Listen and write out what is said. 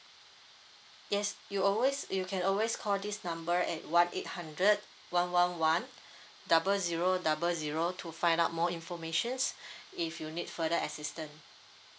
yes you always you can always call this number at one eight hundred one one one double zero double zero to find out more informations if you need further assistance